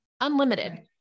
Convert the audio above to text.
unlimited